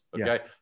Okay